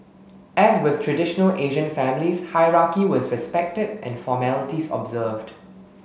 as with traditional Asian families hierarchy was respected and formalities observed